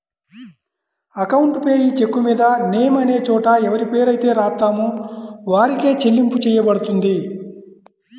account payee చెక్కుమీద name అనే చోట ఎవరిపేరైతే రాత్తామో వారికే చెల్లింపు చెయ్యబడుతుంది